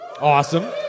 Awesome